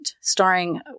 starring